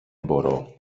μπορώ